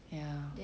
ya